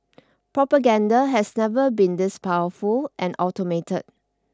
propaganda has never been this powerful and automated